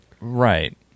right